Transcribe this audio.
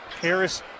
Harris